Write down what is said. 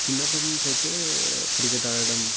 చిన్నప్పటినుంచి అయితే క్రికెట్ ఆడటం